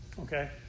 Okay